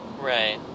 Right